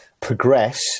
progress